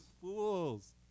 fools